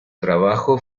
trabajo